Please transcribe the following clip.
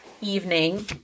evening